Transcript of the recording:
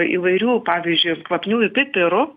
įvairių pavyzdžiui kvapniųjų pipirų